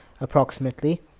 approximately